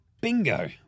Bingo